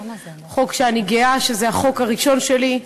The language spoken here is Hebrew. חוק שאני גאה שזה החוק הראשון שלי,